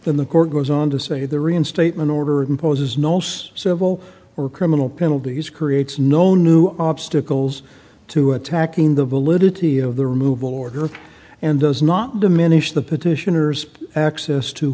from the court goes on to say the reinstatement order imposes noce civil or criminal penalties creates no new obstacles to attacking the validity of the removal order and does not diminish the petitioners access to